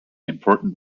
important